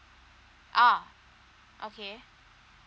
ah okay